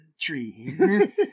tree